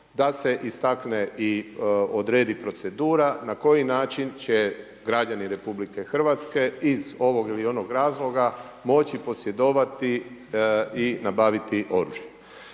da se istakne i odredi procedura na koji način će građani RH iz ovog ili onog razloga moći posjedovati i nabaviti oružje.